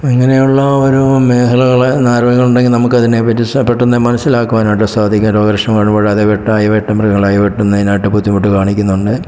ഇങ്ങനെയുള്ള ഒരു മേഖലകളെ ധാരാളം ഉണ്ടെങ്കിൽ നമുക്ക് അതിനെ പറ്റി പെട്ടെന്ന് മനസ്സിലാക്കുവാനായിട്ട് സാധിക്കും രോഗലക്ഷണങ്ങളൊന്നും ഇല്ലാതെ വെട്ടായി വേട്ട മൃഗങ്ങളായി വേട്ടുന്നതിനായിട്ട് ബുദ്ധിമുട്ട് കാണിക്കുന്നുണ്ടെങ്കിൽ